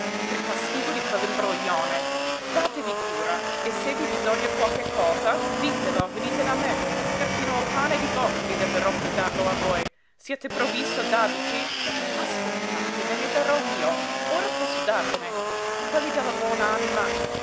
per castigo di quell'imbroglione datevi cura se vi bisogna qualche cosa ditelo venite da me perfino il pane di bocca mi leverò per darlo a voi siete provvisto d'abiti aspettate ve ne darò io ora posso darvene quelli della buon'anima